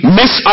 miss